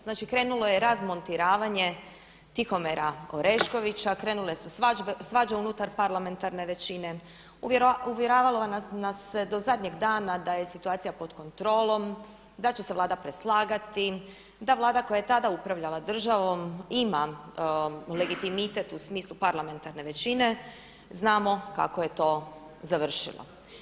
Znači krenulo je razmontiravanje Tihomira Oreškovića, krenule su svađe unutar parlamentarne većine, uvjeravalo nas se do zadnjeg dana da je situacija pod kontrolom, da će se Vlada preslagati, da Vlada koja je tada upravljala državom ima legitimitet u smislu parlamentarne većine, znamo kako je to završilo.